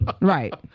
right